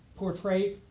portray